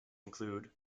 include